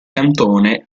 cantone